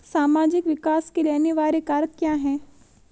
सामाजिक विकास के लिए अनिवार्य कारक क्या है?